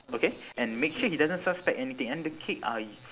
okay and make sure he doesn't suspect anything and the cake uh y~